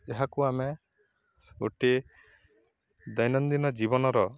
ଏହାକୁ ଆମେ ଗୋଟିଏ ଦୈନନ୍ଦିନ ଜୀବନର